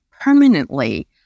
permanently